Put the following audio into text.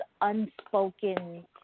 unspoken